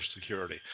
Security